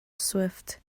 swift